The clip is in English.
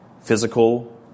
physical